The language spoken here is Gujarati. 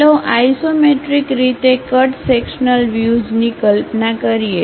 ચાલો આઇસોમેટ્રિક રીતે કટ સેક્શન્લ વ્યુઝની કલ્પના કરીએ